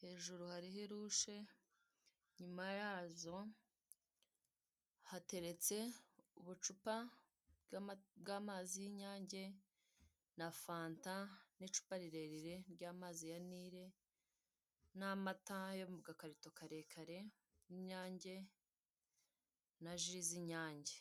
hejuru hariho irushe inyuma yazo hateretse ubucupa bw'amazi y'inyange na fanta n'icupa rirerire ry'amazi ya nili n'amata yo mu gakarito karekare y'inyange na ji z'inyange.